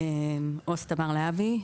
אני עו"ס תמר להבי,